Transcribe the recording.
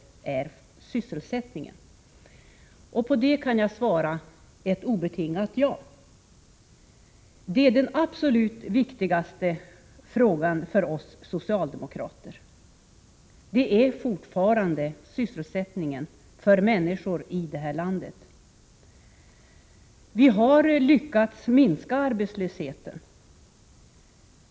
På det kan jag svara obetingat ja. Den absolut viktigaste frågan för oss socialdemokrater är fortfarande sysselsättningen för människorna i det här landet. Vi har lyckats minska arbetslösheten.